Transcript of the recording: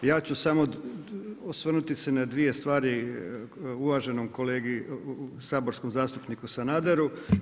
Ja ću samo osvrnuti se na dvije stvari uvaženom kolegi saborskom zastupniku Sanaderu.